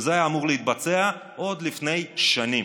וזה היה אמור להתבצע עוד לפני שנים.